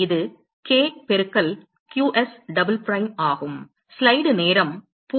இது k பெருக்கல் qs double prime ஆகும்